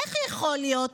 איך יכול להיות